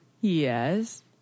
Yes